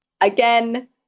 again